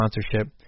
sponsorship